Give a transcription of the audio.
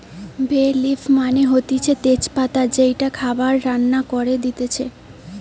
বে লিফ মানে হতিছে তেজ পাতা যেইটা খাবার রান্না করে দিতেছে